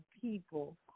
people